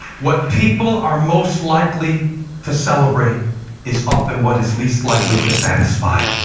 what people are most likely to celebrate is often what is least likely to satisfy.